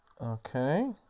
Okay